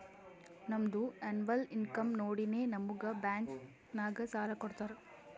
ನಮ್ದು ಎನ್ನವಲ್ ಇನ್ಕಮ್ ನೋಡಿನೇ ನಮುಗ್ ಬ್ಯಾಂಕ್ ನಾಗ್ ಸಾಲ ಕೊಡ್ತಾರ